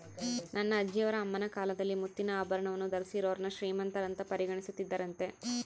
ನನ್ನ ಅಜ್ಜಿಯವರ ಅಮ್ಮನ ಕಾಲದಲ್ಲಿ ಮುತ್ತಿನ ಆಭರಣವನ್ನು ಧರಿಸಿದೋರ್ನ ಶ್ರೀಮಂತರಂತ ಪರಿಗಣಿಸುತ್ತಿದ್ದರಂತೆ